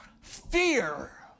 fear